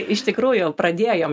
iš tikrųjų pradėjom